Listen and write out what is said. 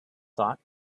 thought